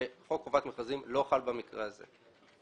שחוק חובת המכרזים לא חל במקרה הזה.